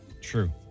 True